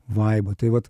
vaibą tai vat